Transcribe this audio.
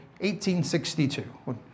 1862